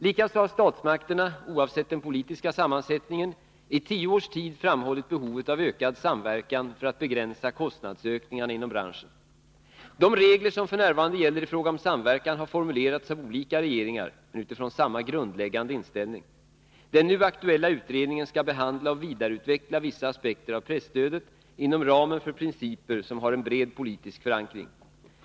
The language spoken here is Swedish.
Likaså har statsmakterna, oavsett den politiska sammansättningen, i tio års tid framhållit behovet av ökad samverkan för att begränsa kostnadsökningarna inom branschen. De' regler som f. n. gäller i fråga om samverkan har formulerats av olika regeringar, men utifrån samma grundläggande inställning. Den nu aktuella utredningen skall behandla och vidareutveckla vissa aspekter av presstödet inom ramen för principer som har en bred politisk förankring.